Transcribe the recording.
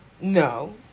No